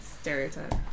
Stereotype